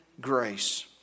grace